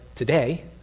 Today